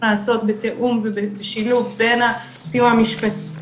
לעשות בתאום ובשילוב בין הסיוע המשפטי